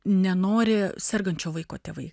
nenori sergančio vaiko tėvai